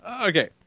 Okay